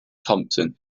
thompson